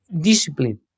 discipline